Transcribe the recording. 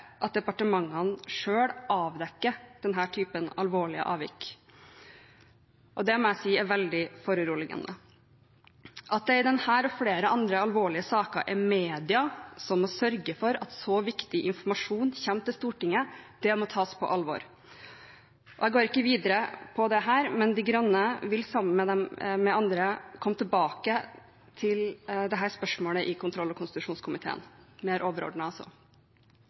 at departementene selv avdekker denne typen alvorlige avvik. Det må jeg si er veldig foruroligende. At det i denne og flere andre alvorlige saker er media som må sørge for at så viktig informasjon kommer til Stortinget, må tas på alvor. Jeg går ikke videre på dette, men De grønne vil sammen med andre komme tilbake til dette spørsmålet i kontroll- og konstitusjonskomiteen – mer overordnet, altså.